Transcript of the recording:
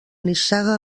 nissaga